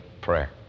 prayer